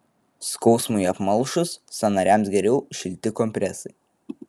skausmui apmalšus sąnariams geriau šilti kompresai